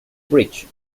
bridge